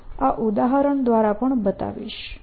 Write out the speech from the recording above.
હું આ ઉદાહરણ દ્વારા પણ બતાવીશ